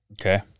Okay